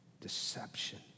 deception